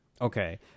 Okay